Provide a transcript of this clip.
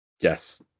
Yes